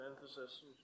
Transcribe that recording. emphasis